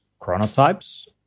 chronotypes